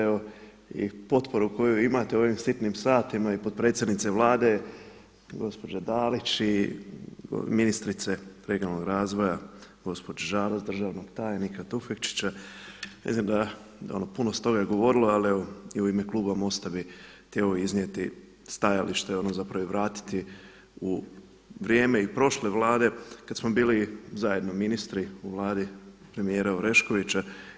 Evo i potporu koju imate u ovim sitnim satima i potpredsjednice Vlade, gospođa Dalić i ministrice regionalnog razvoja gospođe Žalac, državnog tajnika Tufekčića mislim da ono puno se toga govorilo, ali evo i u ime kluba MOST-a bih htio iznijeti stajalište i ono zapravo i vratiti u vrijeme i prošle Vlade kad smo bili zajedno ministri u Vladi premijera Oreškovića.